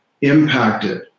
impacted